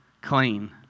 clean